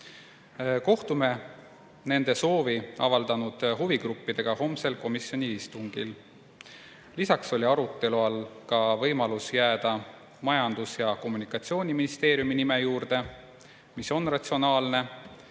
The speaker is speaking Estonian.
Kohtume nende soovi avaldanud huvigruppidega homsel komisjoni istungil. Lisaks oli arutelu all ka võimalus jääda Majandus‑ ja Kommunikatsiooniministeeriumi nime juurde, mis oleks ratsionaalne.